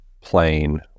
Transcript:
plane